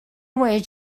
away